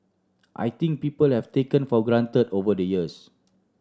I think people have taken for granted over the years